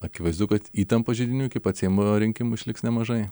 akivaizdu kad įtampos židinių iki pat seimo rinkimų išliks nemažai